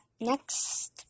next